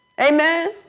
Amen